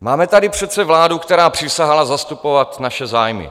Máme tady přece vládu, která přísahala zastupovat naše zájmy.